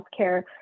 healthcare